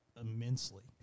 immensely